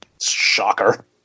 Shocker